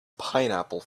pineapple